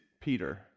Peter